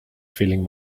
feeling